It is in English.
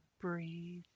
breathe